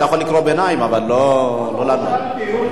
אתה יכול לקרוא ביניים, אבל לא, הוא